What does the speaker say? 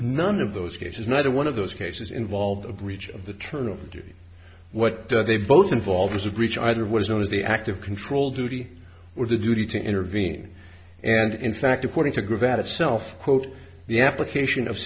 none of those cases neither one of those cases involve a breach of the turn of duty what they both involve is a breach either of what is known as the active control duty or the duty to intervene and in fact according to grieve at itself quote the application of